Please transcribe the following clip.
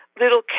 Little